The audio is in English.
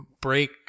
break